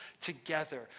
together